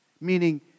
meaning